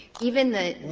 even the